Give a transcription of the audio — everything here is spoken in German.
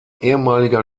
ehemaliger